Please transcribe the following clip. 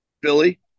Billy